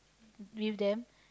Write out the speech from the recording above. with them